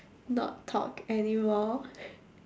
not talk anymore